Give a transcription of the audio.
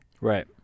Right